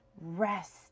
rest